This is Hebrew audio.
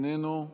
איננו,